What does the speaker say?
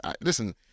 Listen